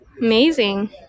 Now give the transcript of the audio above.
Amazing